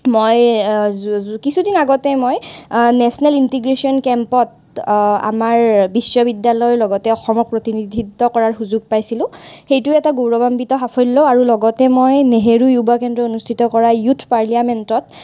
মই কিছুদিন আগতে মই নেশ্যনেল ইণ্টিগ্ৰেশ্যন কেম্পত আমাৰ বিশ্ববিদ্যালয়ৰ লগতে অসমক প্ৰতিনিধিত্ব কৰাৰ সুযোগ পাইছিলোঁ সেইটো এটা গৌৰৱান্বিত সাফল্য আৰু লগতে মই নেহেৰু যুৱ কেন্দ্ৰই অনুষ্ঠিত কৰা য়ুথ পাৰ্লিয়ামেণ্টত